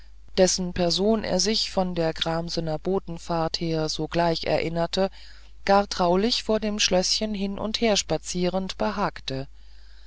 dessen person er sich von der gramsener botenfahrt her sogleich erinnerte gar traulich vor dem schlößchen hin und her spazierend behagte